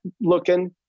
looking